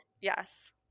Yes